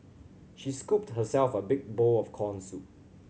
she scooped herself a big bowl of corn soup